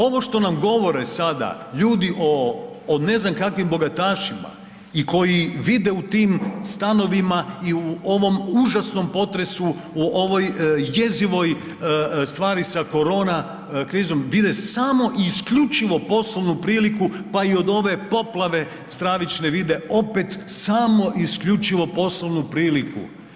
Ovo što nam govore sada ljudi o ne znam kakvim bogatašima i koji vide u tim stanovima i u ovom užasnom potresu u ovoj jezivom stvari sa korona krizom, vide samo i isključivo poslovnu priliku pa i od ove poplave stravične vide opet samo isključivo poslovnu priliku.